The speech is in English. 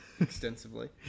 extensively